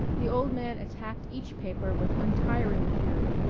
the old man attacked each paper with untiring fury,